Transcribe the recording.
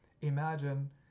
Imagine